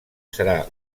serà